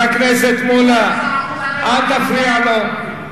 אל תפריע לו.